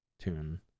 tune